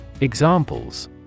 Examples